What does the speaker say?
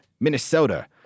Minnesota